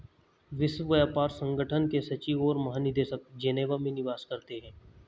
विश्व व्यापार संगठन के सचिव और महानिदेशक जेनेवा में निवास करते हैं